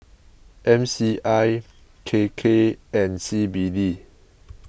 M C I K K and C B D